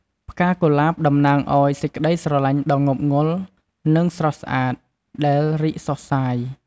ផ្កាកុលាប តំណាងអោយ សេចក្តីស្រឡាញ់ដ៏ងប់ងល់ និងស្រស់ស្អាត ដែលរីកសុះសាយ។